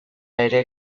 ere